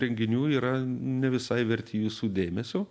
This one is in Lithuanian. renginių yra ne visai verti jūsų dėmesio